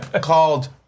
called